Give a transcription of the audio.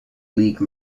league